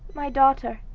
my daughter,